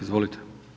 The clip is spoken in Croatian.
Izvolite.